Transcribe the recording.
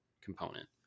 component